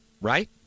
right